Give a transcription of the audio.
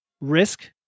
risk